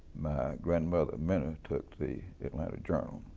grandmother minter took the atlanta journal.